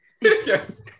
Yes